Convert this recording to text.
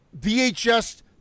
VHS